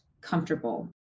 comfortable